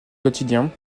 quotidien